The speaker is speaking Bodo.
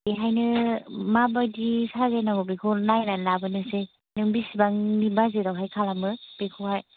बेहायनो माबायदि साजायनांगौ बेखौ नायनानै लाबोनोसै नों बिसिबांनि बाजेदावहाय नों खालामो बेखौहाय